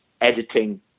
editing